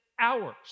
hours